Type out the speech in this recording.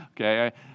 Okay